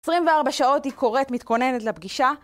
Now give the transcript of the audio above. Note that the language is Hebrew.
24 שעות היא קוראת מתכוננת לפגישה